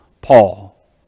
Paul